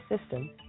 system